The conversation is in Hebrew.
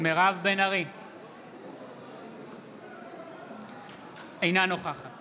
אינה נוכחת